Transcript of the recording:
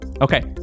Okay